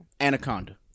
Anaconda